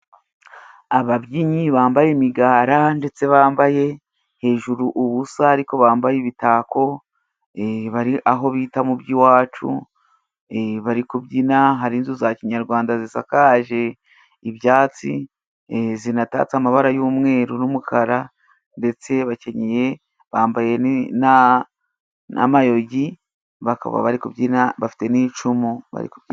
Ababyinnyi bambaye imigara ndetse bambaye hejuru ubusa ariko bambaye ibitako bari aho bita mu by'iwacu bari kubyina hari inzu za kinyarwanda zisakaje ibyatsi zinatatse amabara y'umweru n'umukara ndetse bakenyeye bambaye n'amayugi bari kubyina bafite n'icumu bari kubyina.